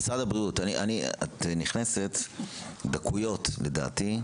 משרד הבריאות, את נכנסת לדקויות לדעתי.